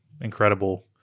incredible